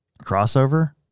crossover